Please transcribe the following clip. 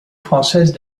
française